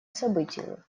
событию